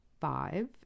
five